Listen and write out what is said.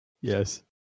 Yes